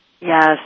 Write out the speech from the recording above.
Yes